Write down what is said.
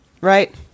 Right